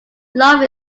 love